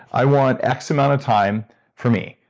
i want x amount of time for me.